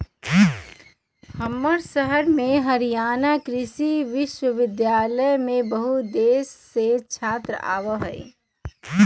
हमर शहर में हरियाणा कृषि विश्वविद्यालय में बहुत देश से छात्र आवा हई